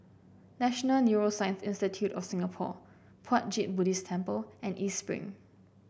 National Neuroscience Institute of Singapore Puat Jit Buddhist Temple and East Spring